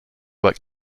what